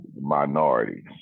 minorities